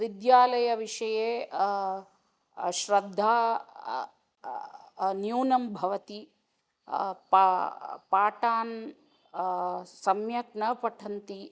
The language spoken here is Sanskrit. विद्यालयविषये श्रद्धा न्यूनं भवति पा पाठान् सम्यक् न पठन्ति